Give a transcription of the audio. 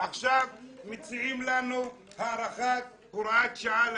עכשיו מציעים לנו הארכת הוראת שעה כי